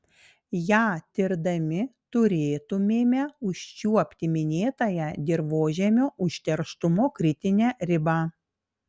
ją tirdami turėtumėme užčiuopti minėtąją dirvožemio užterštumo kritinę ribą